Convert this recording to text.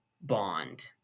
Bond